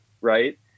Right